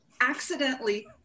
accidentally